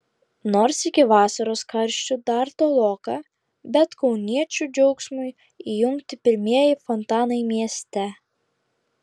nors iki vasaros karščių dar toloka bet kauniečių džiaugsmui įjungti pirmieji fontanai mieste